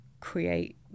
create